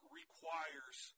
requires